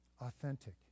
authentic